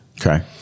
Okay